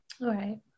Right